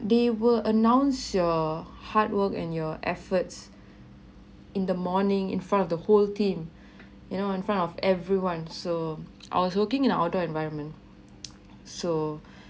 they will announce your hard work and your efforts in the morning in front of the whole team you know in front of everyone so I was working in an outdoor environment so